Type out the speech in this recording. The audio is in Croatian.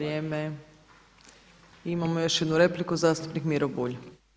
Imamo još jednu repliku, zastupnik Miro Bulj.